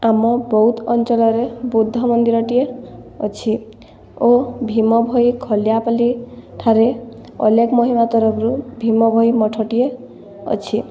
ଆମ ବୌଦ୍ଧ ଅଞ୍ଚଳରେ ବୁଦ୍ଧ ମନ୍ଦିରଟିଏ ଅଛି ଓ ଭୀମଭୋଇ ଖଣ୍ଡିଆପଲ୍ଲି ଠାରେ ଅଲେଖ ମହିମା ତରଫରୁ ଭୀମଭୋଇ ମଠଟିଏ ଅଛି